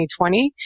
2020